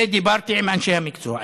ודיברתי עם אנשי המקצוע.